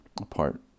apart